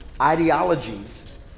ideologies